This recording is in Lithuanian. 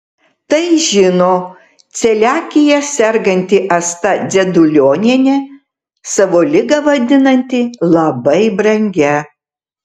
tai žino celiakija serganti asta dzedulionienė savo ligą vadinanti labai brangia